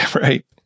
Right